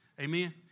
amen